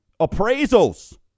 Appraisals